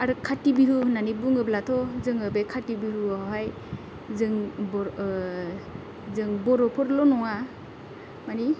आरो खाथि बिहु होननानै बुङोब्लाथ' जोङो बे खाथि बिहुआवहाय जों बर' जेरै ख्रिस्टियान धोरोम जों बर'फोरल' नङा मानि